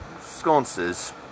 sconces